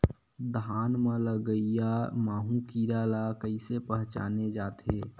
धान म लगईया माहु कीरा ल कइसे पहचाने जाथे?